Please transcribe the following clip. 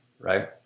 right